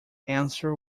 answer